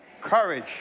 courage